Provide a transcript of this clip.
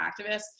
activists